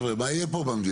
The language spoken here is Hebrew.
חבר'ה מה יהיה פה במדינה?